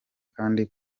kandi